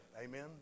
Amen